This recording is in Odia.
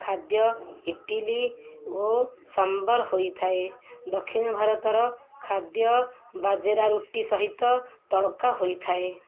ଖାଦ୍ୟ ଇଟିଲି ଓ ସମ୍ବର ହୋଇଥାଏ ଦକ୍ଷିଣ ଭାରତର ଖାଦ୍ୟ ବାଜେରା ରୁଟି ସହିତ ତଡ଼କା ହୋଇଥାଏ